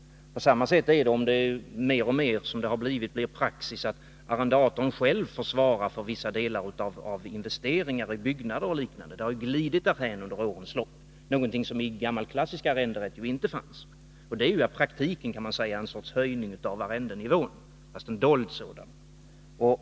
Samma sak gäller om det, som nu är fallet, mer och mer blir praxis att arrendatorn själv får svara för vissa delar av investeringarna i byggnader och liknande — det har ju under årens lopp glidit därhän. Det är något som inte fanns i den gamla klassiska arrenderätten. Det är egentligen en höjning av arrendenivån, fast en dold sådan.